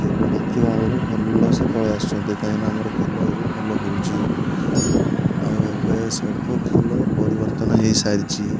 କେବେ ଡାକିବା ଭାବେ ଭଲ ସେ ପଳାଇ ଆସୁଛନ୍ତି କାହିଁକିନା ଆମର ଖେଳ ଏବେ ଭଲ ହେଉଛି ଆଉ ଏବେ ସବୁ ଖେଳ ପରିବର୍ତ୍ତନ ହେଇସାରିଛି